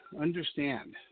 Understand